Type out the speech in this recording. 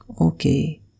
okay